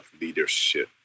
leadership